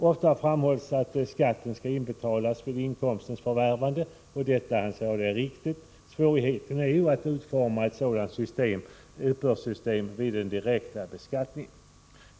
Ofta framhålls att skatten skall inbetalas vid inkomstens förvärvande, och detta anser jag är riktigt. Svårigheten är att utforma ett sådant uppbördssystem vid den direkta beskattningen.